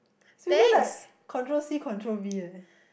it's really like control C control V eh